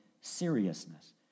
seriousness